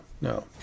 no